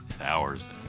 hours